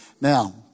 Now